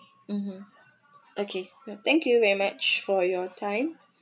mmhmm okay thank you very much for your time